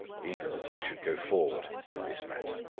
even that i should go forward in this matter.